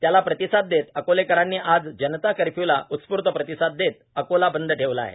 त्याला प्रतिसाद देत अकोलेकरांनी आज जनता कर्फ्यूला उत्स्फूर्त प्रतिसाद देत अकोला बंद ठेवला आहे